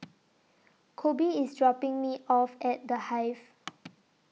Kobe IS dropping Me off At The Hive